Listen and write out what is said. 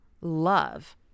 love